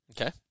Okay